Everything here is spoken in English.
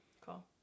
cool